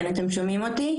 כן, אתם שומעים אותי?